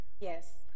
Yes